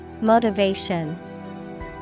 Motivation